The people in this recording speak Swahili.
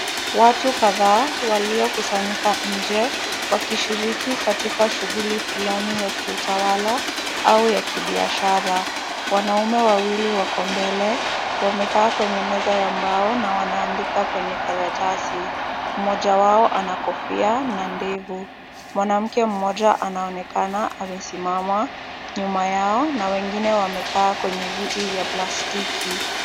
Watu kadhaa waliokusanyika nje wakishiriki katika shughuli fulani ya kiutawala au ya kibiashara. Wanaume wawili wako mbele wamekaa kwenye meza ya mbao na wanaandika kwenye karatasi. Mmoja wao ana kofia na ndevu. Mwanamke mmoja anaonekana amesimama nyuma yao na wengine wamekaa kwenye viti vya plastiki.